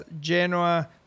Genoa